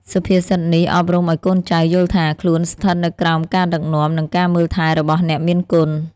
សុភាសិតនេះអប់រំឱ្យកូនចៅយល់ថា ខ្លួនស្ថិតនៅក្រោមការដឹកនាំ និងការមើលថែរបស់អ្នកមានគុណ។